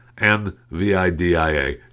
N-V-I-D-I-A